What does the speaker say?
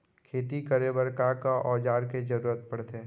खेती करे बर का का औज़ार के जरूरत पढ़थे?